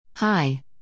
Hi